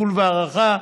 טיפול והערכה,